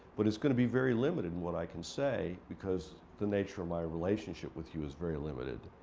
but it's going to be very limited in what i can say, because the nature of my relationship with you is very limited.